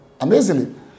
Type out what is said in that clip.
Amazingly